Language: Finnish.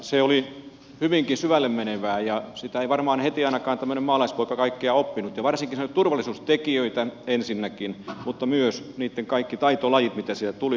se oli hyvinkin syvälle menevää ja sitä ei varmaan heti ainakaan tämmöinen maalaispoika kaikkea oppinut ja varsinkaan turvallisuustekijöitä ensinnäkin mutta myös kaikkia taitolajeja mitä sieltä tuli